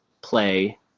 play